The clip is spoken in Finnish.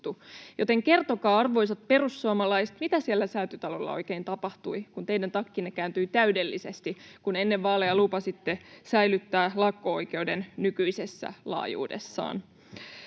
Joten kertokaa, arvoisat perussuomalaiset, mitä siellä Säätytalolla oikein tapahtui, kun teidän takkinne kääntyi täydellisesti, kun ennen vaaleja lupasitte säilyttää lakko-oikeuden nykyisessä laajuudessaan.